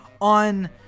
On